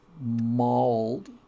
mauled